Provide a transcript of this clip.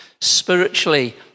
spiritually